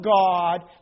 God